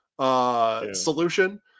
solution